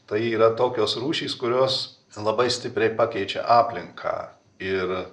tai yra tokios rūšys kurios labai stipriai pakeičia aplinką ir